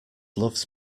loves